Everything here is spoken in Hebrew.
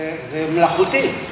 זה מלאכותי,